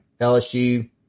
LSU